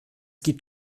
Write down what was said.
gibt